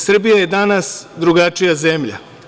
Srbija je danas drugačija zemlja.